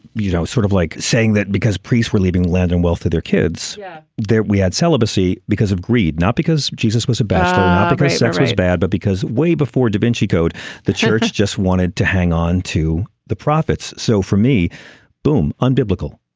you know sort of like saying that because priests were leaving land and wealth of their kids yeah that we had celibacy because of greed not because jesus was a bastard because sex was bad but because way before da vinci code the church just wanted to hang on to the prophets. so for me boom on biblical